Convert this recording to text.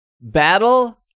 Battle